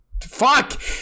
fuck